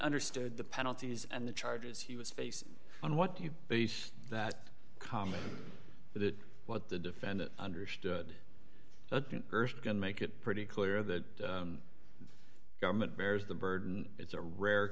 understood the penalties and the charges he was facing and what do you base that comment that what the defendant understood can make it pretty clear that government bears the burden it's a rare